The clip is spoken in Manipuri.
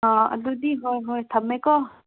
ꯑꯗꯨꯗꯤ ꯍꯣꯏ ꯍꯣꯏ ꯊꯝꯃꯦꯀꯣ